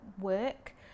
work